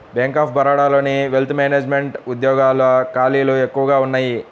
bank of బరోడాలోని wealth management ఉద్యోగాల ఖాళీలు ఎక్కువగా ఉన్నయ్యి